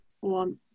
one